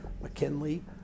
McKinley